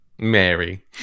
Mary